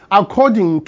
according